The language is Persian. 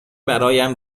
برایم